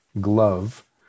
glove